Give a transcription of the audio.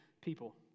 people